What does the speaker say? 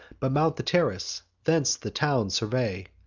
but mount the terrace, thence the town survey,